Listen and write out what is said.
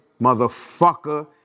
motherfucker